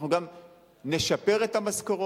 אנחנו גם נשפר את המשכורות,